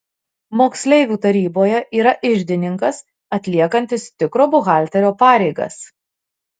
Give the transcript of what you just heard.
moksleivių taryboje yra iždininkas atliekantis tikro buhalterio pareigas